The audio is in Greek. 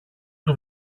του